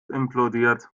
implodiert